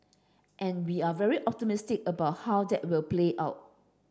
and we're very optimistic about how that will play out